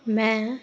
ਮੈਂ